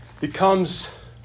becomes